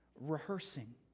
Rehearsing